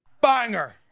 banger